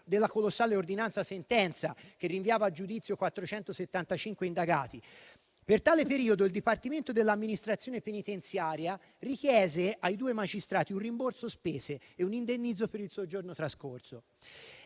della colossale ordinanza sentenza, che rinviava a giudizio 475 indagati. Per tale periodo il Dipartimento dell'amministrazione penitenziaria richiese ai due magistrati un rimborso spese e un indennizzo per il soggiorno trascorso.